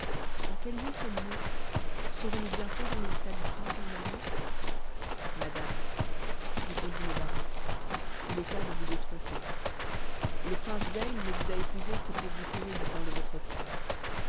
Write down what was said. en quels lieux sommes-nous serons-nous bientôt dans les états du prince mon mari madame répondit mobarec il est temps de vous détromper le prince zeyn ne vous a épousée que pour vous tirer du sein de votre père